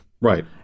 Right